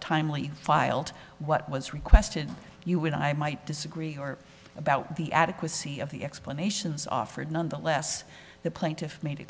timely filed what was requested you would i might disagree or about the adequacy of the explanations offered nonetheless the plaintiff made it